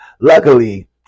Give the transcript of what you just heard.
luckily